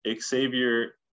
Xavier